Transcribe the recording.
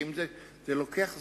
זה לוקח זמן.